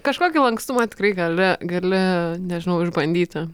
kažkokį lankstumą tikrai gali gali nežinau išbandyti